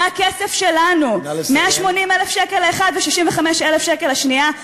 מהכסף שלנו: 180,000 שקל האחת ו-65,000 שקל השנייה.